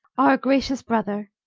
our gracious brother,